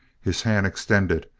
his hand extended,